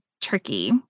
tricky